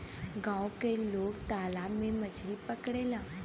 गांव के लोग तालाब से मछरी पकड़ेला